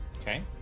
Okay